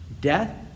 death